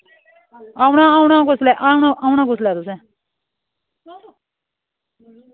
औना औना कुसलै औना कुसलै तुसें